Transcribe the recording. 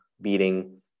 beating